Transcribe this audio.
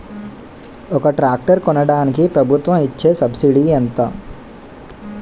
ఒక ట్రాక్టర్ కొనడానికి ప్రభుత్వం ఇచే సబ్సిడీ ఎంత?